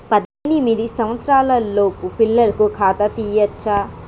పద్దెనిమిది సంవత్సరాలలోపు పిల్లలకు ఖాతా తీయచ్చా?